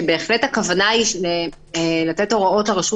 הכוונה היא בהחלט לתת הוראות לרשות